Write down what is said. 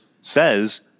says